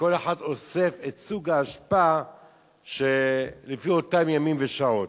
וכל אחד אוסף את סוג האשפה לפי אותם ימים ושעות.